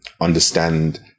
understand